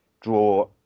draw